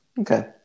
Okay